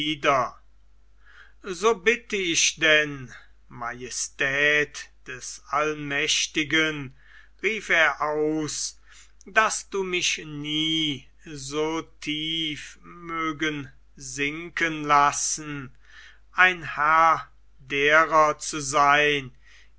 so bitte ich dich denn majestät des allmächtigen rief er aus daß du mich nie so tief mögest sinken lassen ein herr derer zu sein